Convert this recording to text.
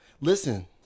Listen